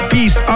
Peace